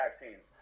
vaccines